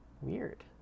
Weird